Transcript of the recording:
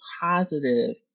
positive